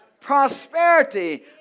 prosperity